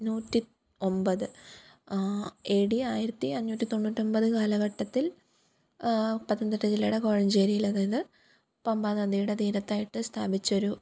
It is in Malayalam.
നൂറ്റി ഒമ്പത് എ ഡി ആയിരത്തി അഞ്ഞൂറ്റി തൊണ്ണൂറ്റൊമ്പത് കാലഘട്ടത്തില് പത്തനംതിട്ട ജില്ലയുടെ കോഴഞ്ചേരിയിൽ അതായത് പമ്പാനദിയുടെ തീരത്തായിട്ട് സ്ഥാപിച്ചൊരു